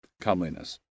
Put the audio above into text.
comeliness